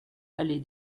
allée